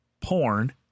porn